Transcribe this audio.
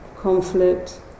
conflict